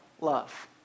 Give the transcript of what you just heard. love